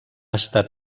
estat